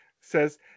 says